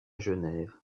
genève